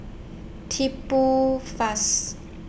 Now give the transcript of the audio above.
Key Pool